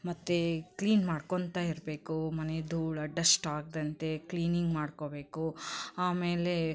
ಮತ್ತು ಕ್ಲೀನ್ ಮಾಡ್ಕೊಳ್ತ ಇರಬೇಕು ಮನೆ ಧೂಳು ಡಸ್ಟ್ ಆಗದಂತೆ ಕ್ಲೀನಿಂಗ್ ಮಾಡ್ಕೋಬೇಕು ಆಮೇಲೆ